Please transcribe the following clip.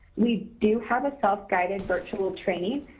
we do have a self-guided virtual training.